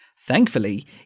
Thankfully